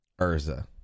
Urza